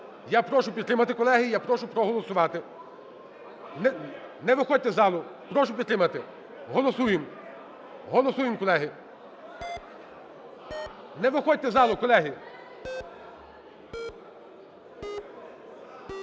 я прошу підтримати, колеги, я прошу проголосувати. Не виходьте із залу, прошу підтримати. Голосуємо. Голосуємо, колеги. Не виходьте із залу, колеги.